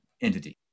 entity